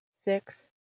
six